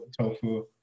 tofu